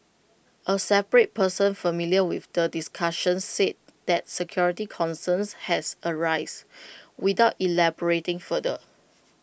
A separate person familiar with the discussions said that security concerns has arise without elaborating further